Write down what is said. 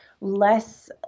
less